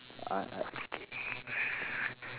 I I